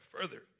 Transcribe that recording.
further